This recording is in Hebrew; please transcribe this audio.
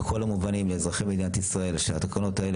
בכל המובנים לאזרחי מדינת ישראל שהתקנות האלה